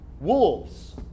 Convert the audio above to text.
wolves